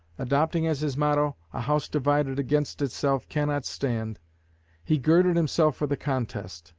adopting as his motto, a house divided against itself cannot stand he girded himself for the contest.